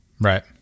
right